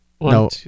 no